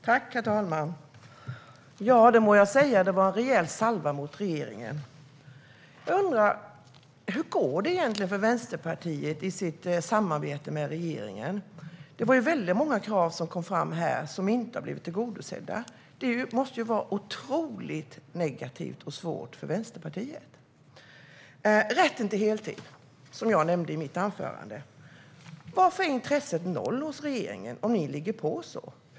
Herr talman! Ja, det må jag säga - det var en rejäl salva mot regeringen! Jag undrar hur det egentligen går för Vänsterpartiet i samarbetet med regeringen. Det var ju väldigt många krav som kom fram här som inte har blivit tillgodosedda. Det måste vara otroligt negativt och svårt för Vänsterpartiet. I mitt anförande nämnde jag rätten till heltid. Varför är intresset noll hos regeringen om ni ligger på så hårt?